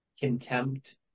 contempt